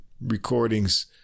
recordings